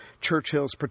Churchill's